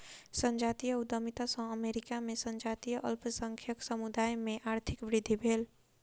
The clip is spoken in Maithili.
संजातीय उद्यमिता सॅ अमेरिका में संजातीय अल्पसंख्यक समुदाय में आर्थिक वृद्धि भेल